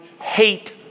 hate